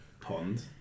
pond